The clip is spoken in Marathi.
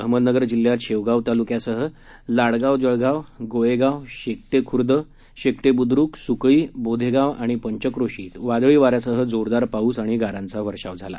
अहमदनगर जिल्ह्यात शेवगाव तालुक्यासह लाडजळगाव गोळेगाव शेकटे खुर्द शेकटे बुद्द्रक सुकळी बोधेगाव आणि पंचक्रोशीत काल वादळी वाऱ्यासह जोरदार पाऊस आणि गारांचा वर्षाव झाला